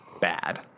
bad